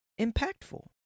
impactful